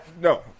No